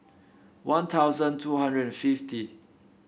One Thousand two hundred and fifty